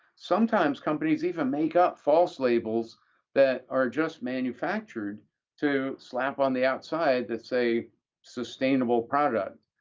sometimes companies even make up false labels that are just manufactured to slap on the outside that say sustainable product,